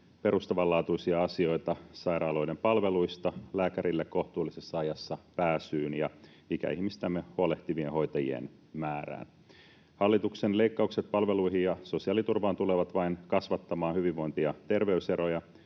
perustavanlaatuisia asioita sairaaloiden palveluista lääkärille kohtuullisessa ajassa pääsyyn ja ikäihmisistämme huolehtivien hoitajien määrään. Hallituksen leikkaukset palveluihin ja sosiaaliturvaan tulevat vain kasvattamaan hyvinvointi- ja terveyseroja,